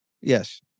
Yes